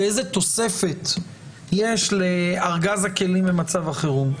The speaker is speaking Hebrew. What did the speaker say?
ואיזו תוספת יש לארגז הכלים במצב החירום.